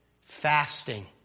fasting